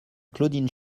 claudine